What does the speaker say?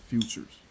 Future's